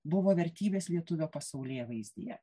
buvo vertybės lietuvio pasaulėvaizdyje